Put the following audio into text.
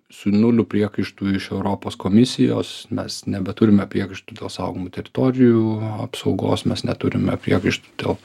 su nuliu priekaištų iš europos komisijos mes nebeturime priekaištų dėl saugomų teritorijų apsaugos mes neturime priekaištų dėl